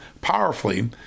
powerfully